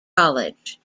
college